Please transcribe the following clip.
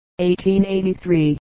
1883